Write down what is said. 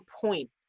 point